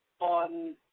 on